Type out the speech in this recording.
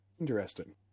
Interesting